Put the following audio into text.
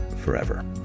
forever